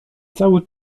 cały